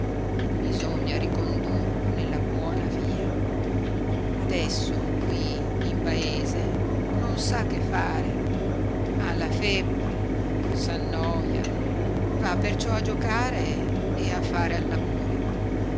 bisogna ricondurlo nella buona via adesso qui in paese non sa che fare ha la febbre s'annoia va perciò a giocare e a fare